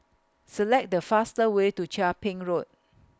Select The fastest Way to Chia Ping Road